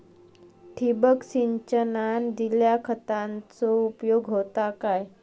ठिबक सिंचनान दिल्या खतांचो उपयोग होता काय?